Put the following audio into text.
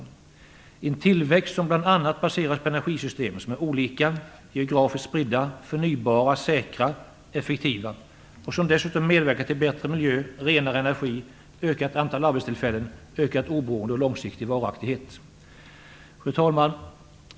Det är en tillväxt som bl.a. baseras på energisystem som är olika, som är geografiskt spridda, förnybara, säkra, effektiva och som dessutom medverkar till bättre miljö, renare energi, ökat antal arbetstillfällen, ökat oberoende och långsiktig varaktighet. Fru talman!